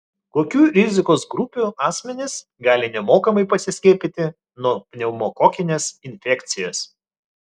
kokių rizikos grupių asmenys gali nemokamai pasiskiepyti nuo pneumokokinės infekcijos